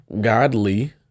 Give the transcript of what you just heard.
godly